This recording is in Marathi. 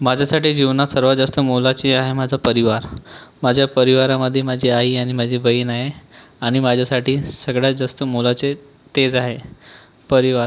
माझ्यासाठी जीवनात सर्वात जास्त मोलाची आहे माझा परिवार माझ्या परिवारामध्ये माझी आई आणि माझी बहीण आहे आणि माझ्यासाठी सगळ्यात जास्त मोलाचे तेच आहे परिवार